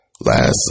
last